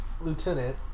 lieutenant